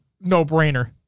no-brainer